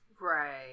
right